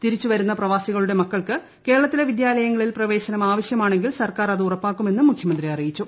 തിരിച്ചുവരുന്ന പ്രവാസികളുടെ മക്കൾക്ക് കേരളത്തിലെ വിദ്യാലയങ്ങളിൽ പ്രവേശനം ആവശ്യമാണെങ്കിൽ സർക്കാർ അത് ഉറപ്പാക്കുമെന്നും മുഖ്യമന്ത്രി അറിയിച്ചു